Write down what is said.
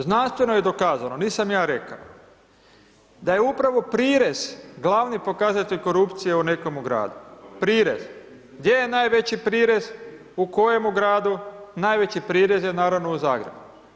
Znanstveno je dokazano, nisam ja rekao da je upravo prirez glavni pokazatelj korupcije u nekomu gradu, prirez, gdje je najveći prirez, u kojemu gradu, najveći prirez je naravno u Zagrebu.